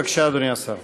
בבקשה, אדוני השר.